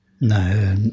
No